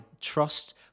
trust